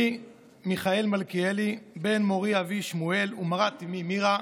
מיכאל מלכיאלי, בן מורי אבי שמואל ומרת אימי מירה,